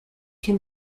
can